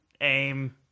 Aim